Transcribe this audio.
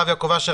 הרב יעקב אשר,